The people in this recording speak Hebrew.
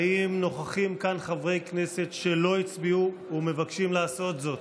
האם נוכחים כאן חברי כנסת שלא הצביעו ומבקשים לעשות זאת?